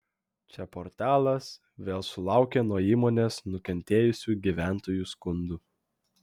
čia portalas vėl sulaukė nuo įmonės nukentėjusių gyventojų skundų